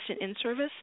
in-service